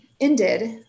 ended